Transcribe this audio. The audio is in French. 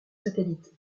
satellites